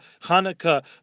Hanukkah